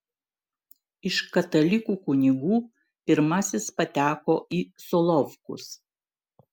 iš katalikų kunigų pirmasis pateko į solovkus